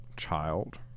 child